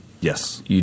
Yes